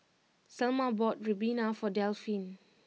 Selma bought Ribena for Delphine